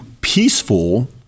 peaceful